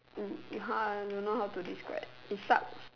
mm !huh! I don't know how to describe it sucks